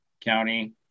county